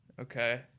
Okay